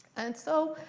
and so,